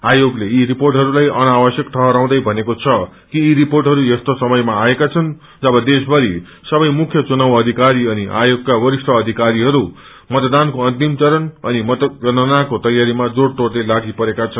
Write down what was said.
आयोगले यी रिपोंटहरूलाई अनावश्यक ठहराउँदे भनेको छ कि यी रिपोंटहरू यस्तो समयामा आएका छन् जब देशभरि सबै मुख्य चुनाव अधिकारी अनि आयोगका वरिष्ठ अधिकारीहरू मतदानको अन्तिम चरण मतगणनाको तैयारीमा जोड़तोड़ले लागि परेका छन्